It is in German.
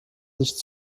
nicht